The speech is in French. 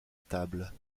table